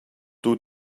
two